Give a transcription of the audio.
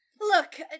Look